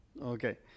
Okay